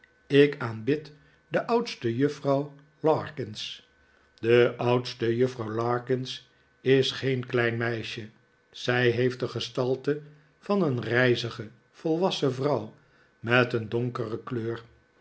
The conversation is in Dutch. ik aanbid de oudste juffrouw larkins de oudste juffrouw larkins is geen klein meisje zij heeft de gestalte van een rijzige volwassen vrouw met een donkere kleur